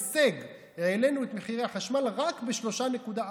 הישג: העלינו את מחירי החשמל רק ב-3.4%,